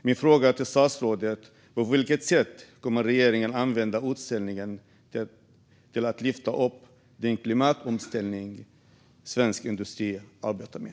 Min fråga till statsrådet är: På vilket sätt kommer regeringen att använda utställningen till att lyfta fram den klimatomställning som svensk industri arbetar med?